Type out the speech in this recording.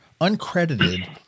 uncredited